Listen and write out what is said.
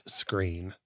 screen